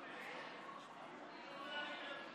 מי בעד,